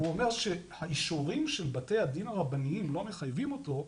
כלומר הוא אומר שהאישורים של בתי הדין הרבניים לא מחייבים אותו,